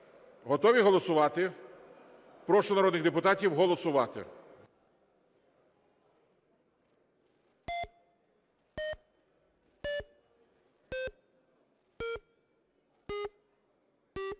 Готові голосувати? Прошу народних депутатів голосувати.